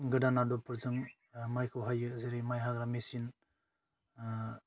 गोदान आदबफोरजों माइखौ हायो जेरै माइ हाग्रा मेचिन